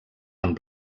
amb